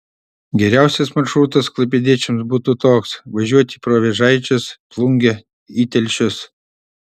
geriausias maršrutas klaipėdiečiams būtų toks važiuoti pro vėžaičius plungę į telšius